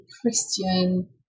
Christian